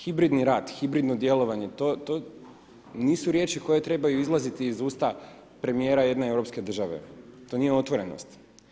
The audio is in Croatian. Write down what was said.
Hibridni rat, hibridno djelovanje, to nisu riječi koje trebaju izlaziti iz usta premijera jedne europske države, to nije otvorenost.